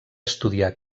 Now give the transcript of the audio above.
estudià